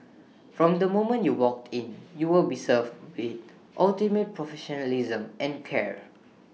from the moment you walk in you will be served with ultimate professionalism and care